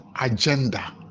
agenda